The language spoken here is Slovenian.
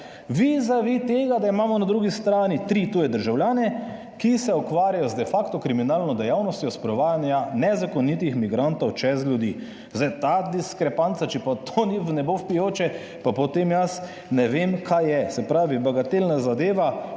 vizavi tega, da imamo na drugi strani tri tuje državljane, ki se ukvarjajo z de facto kriminalno dejavnostjo, sprovajanja nezakonitih migrantov čez ljudi. Zdaj, ta diskrepanca, če pa to ni v nebo vpijoče, pa potem jaz ne vem kaj je. Se pravi, bagatelna zadeva,